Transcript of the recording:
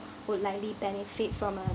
would likely benefit from a